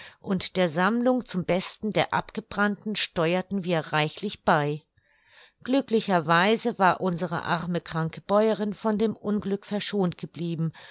und der sammlung zum besten der abgebrannten steuerten wir reichlich bei glücklicherweise war unsere arme kranke bäuerin von dem unglück verschont geblieben